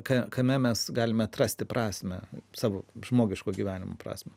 ką kame mes galime atrasti prasmę savo žmogiško gyvenimo prasmę